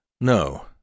No